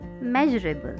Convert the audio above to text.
measurable